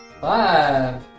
Five